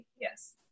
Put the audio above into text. yes